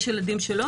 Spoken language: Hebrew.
יש ילדים שלא.